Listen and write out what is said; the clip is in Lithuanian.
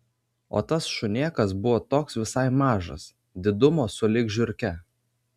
o tas šunėkas buvo toks visai mažas didumo sulig žiurke